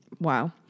Wow